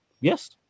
Yes